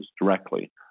directly